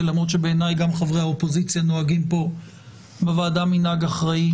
למרות שבעיניי גם חברי האופוזיציה נוהגים כאן בוועדה מנהג אחראי